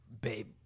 babe